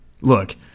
Look